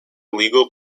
legal